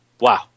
wow